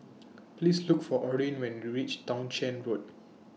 Please Look For Orrin when YOU REACH Townshend Road